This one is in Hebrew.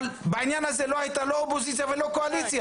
אבל בעניין הזה לא הייתה לא אופוזיציה ולא קואליציה.